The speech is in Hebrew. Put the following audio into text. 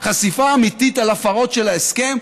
חשיפה אמיתית על הפרות של ההסכם,